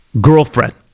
girlfriend